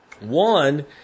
One